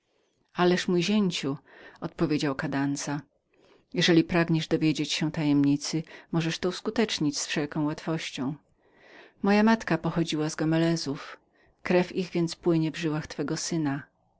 mój zięciu odpowiedział kadauzakadanza jeżeli pragniesz dowiedzieć się tajemnicy możesz to uskutecznić z wszelką łatwością moja matka pochodziła z gomelezów krew ich więc płynie w żyłach twego syna